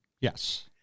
Yes